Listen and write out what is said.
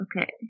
Okay